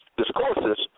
discourses